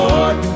Lord